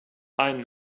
einen